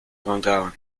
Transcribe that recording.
encontraban